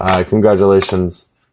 Congratulations